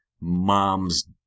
mom's